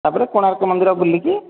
ତା'ପରେ କୋଣାର୍କ ମନ୍ଦିର ବୁଲିକି